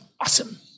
awesome